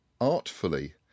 artfully